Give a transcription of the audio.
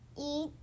Eat